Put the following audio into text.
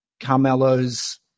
Carmelo's